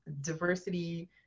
diversity